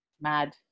mad